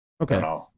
okay